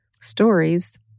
stories